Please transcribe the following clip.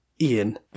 Ian